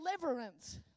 deliverance